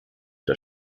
der